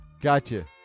gotcha